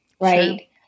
right